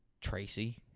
Tracy